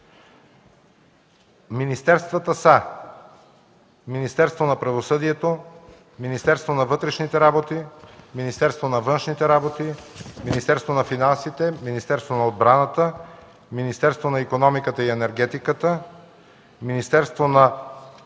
Министерствата са: - Министерство на правосъдието; - Министерство на вътрешните работи; - Министерство на външните работи; - Министерство на финансите; - Министерство на отбраната; - Министерство на икономиката и енергетиката; - Министерство на